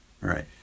Right